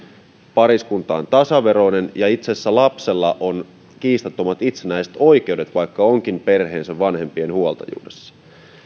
pariskunta on tasaveroinen ja itse asiassa lapsella on kiistattomat itsenäiset oikeudet vaikka onkin perheensä vanhempien huoltajuudessa